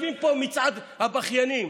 מצעד הבכיינים,